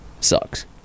Sucks